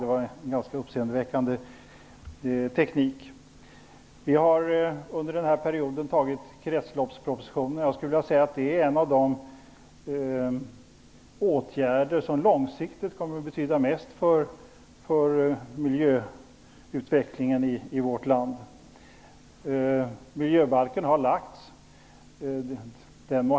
Det var en ganska uppseendeväckande teknik. Vi har under denna period antagit kretsloppspropositionen. Det är en av de åtgärder som långsiktigt kommer att betyda mest för miljöutvecklingen i vårt land. Miljöbalken har lagts fram.